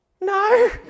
No